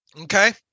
Okay